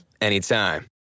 anytime